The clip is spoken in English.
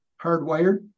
hardwired